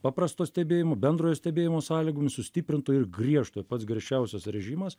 paprasto stebėjimo bendrojo stebėjimo sąlygomis sustiprinto ir griežto pats griežčiausias režimas